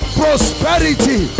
prosperity